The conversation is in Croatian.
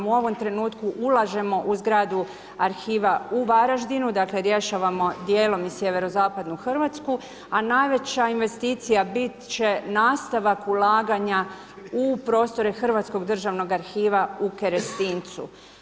U ovom trenutku ulažemo u zgradu arhiva u Varaždinu, dakle rješavamo dijelom i sjeverozapadnu Hrvatsku, a najvažnija investicija bit će nastavak ulaganja u prostore Hrvatskog državnog arhiva u Kerestincu.